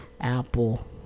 Apple